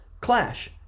clash